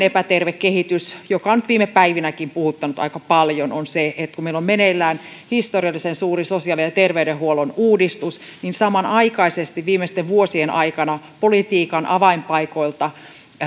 toinen epäterve kehitys joka on nyt viime päivinäkin puhuttanut aika paljon on se että kun meillä on meneillään historiallisen suuri sosiaali ja terveydenhuollon uudistus niin samanaikaisesti viimeisten vuosien aikana politiikan avainpaikoilta